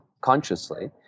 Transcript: consciously